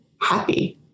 happy